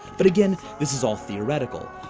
but, again, this is all theoretical.